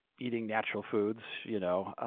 eating natural foods, you know,